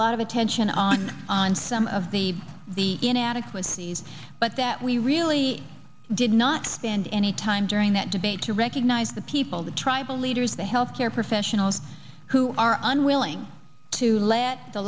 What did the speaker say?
lot of attention on on some of the the inadequacies but that we really did not spend any time during that debate to recognize the people the tribal leaders the health care professionals who are unwilling to let the